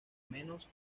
menos